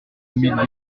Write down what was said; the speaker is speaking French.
mille